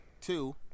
two